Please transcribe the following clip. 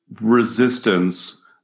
Resistance